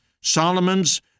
Solomon's